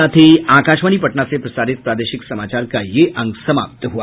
इसके साथ ही आकाशवाणी पटना से प्रसारित प्रादेशिक समाचार का ये अंक समाप्त हुआ